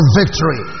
victory